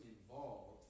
involved